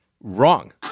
Wrong